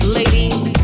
ladies